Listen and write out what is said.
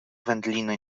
wędliny